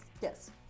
Yes